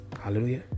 hallelujah